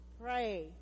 Pray